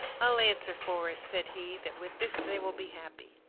i'll answer for it, said he, that with this they will be happy.